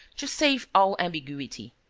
to save all ambiguity.